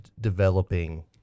developing